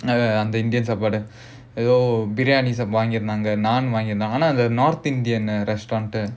indian சாப்பாடு:saapaadu biryani வாங்கிருந்தாங்க:vaangirunthaanga naan வாங்கிருந்தாங்க ஆனா அந்த:vaangirunthaanga aanaa andha north indian uh restaurant